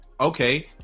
okay